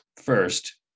first